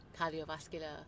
cardiovascular